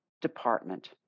department